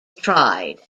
tried